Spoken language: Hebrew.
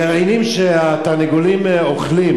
הגרעינים שהתרנגולים אוכלים,